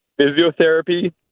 Physiotherapy